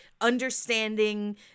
understanding